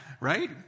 right